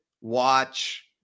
watch